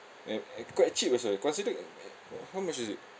and and quite cheap also considered uh how much is it